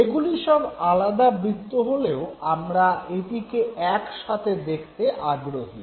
এগুলি সব আলাদা বৃত্ত হলেও আমরা এটিকে একসাথে দেখতে আগ্রহী